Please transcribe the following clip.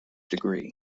degree